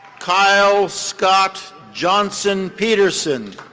kyle scott johnson peterson.